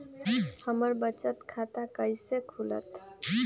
हमर बचत खाता कैसे खुलत?